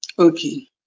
Okay